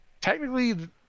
Technically